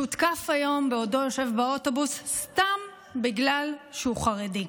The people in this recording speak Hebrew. שהותקף היום בעודו יושב באוטובוס סתם בגלל שהוא חרדי.